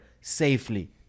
safely